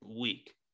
week